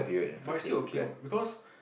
but is still okay what because